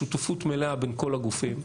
שותפות מלאה בין כל הגופים,